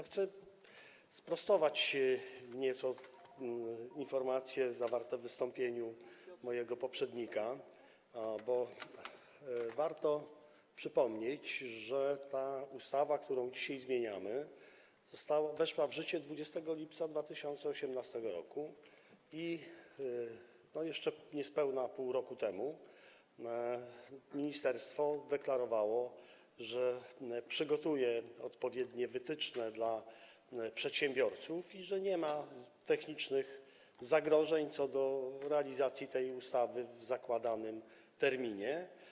Chcę nieco sprostować informacje zawarte w wystąpieniu mojego poprzednika, bo warto przypomnieć, że ustawa, którą dzisiaj zmieniamy, weszła w życie 20 lipca 2018 r. i jeszcze niespełna pół roku temu ministerstwo deklarowało, że przygotowuje odpowiednie wytyczne dla przedsiębiorców i że nie ma technicznych zagrożeń co do realizacji tej ustawy w zakładanym terminie.